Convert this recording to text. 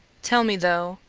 tell me, though,